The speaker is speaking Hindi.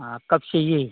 हाँ कब चाहिए